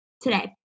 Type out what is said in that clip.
today